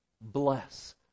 bless